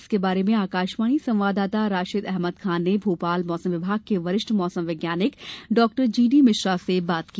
इसके बारे में आकाशवाणी संवाददाता राशिद अहमद खान ने भोपाल मौसम विभाग के वरिष्ठ मौसम वैज्ञानिक डॉ जी डी मिश्रा से बात की